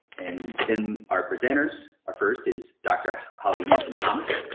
and then our presenters are first is dr. holly hansen-thomas,